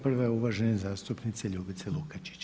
Prva je uvažene zastupnice Ljubice Lukačić.